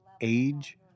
age